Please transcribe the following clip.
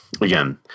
again